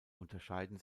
unterscheiden